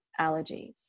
allergies